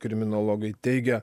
kriminologai teigia